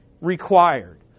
required